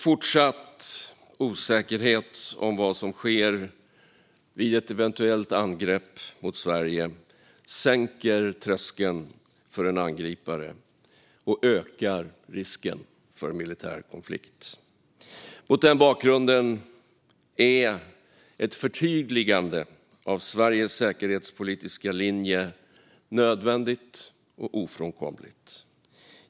Fortsatt osäkerhet om vad som sker vid ett eventuellt angrepp mot Sverige sänker tröskeln för en angripare och ökar risken för en militär konflikt. Mot den bakgrunden är ett förtydligande av Sveriges säkerhetspolitiska linje nödvändigt och ofrånkomligt.